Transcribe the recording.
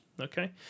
Okay